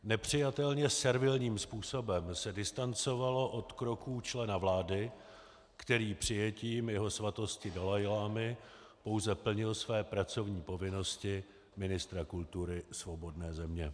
Nepřijatelně servilním způsobem se distancovalo od kroků člena vlády, který přijetím Jeho Svatosti dalajlámy pouze plnil své pracovní povinnosti ministra kultury svobodné země.